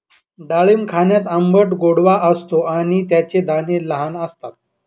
डाळिंब खाण्यात आंबट गोडवा असतो आणि त्याचे दाणे लहान असतात